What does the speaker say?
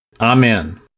Amen